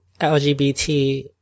LGBT